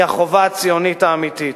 היא החובה הציונית האמיתית.